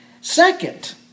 Second